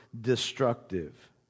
destructive